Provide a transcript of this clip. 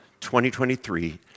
2023